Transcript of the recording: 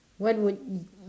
what would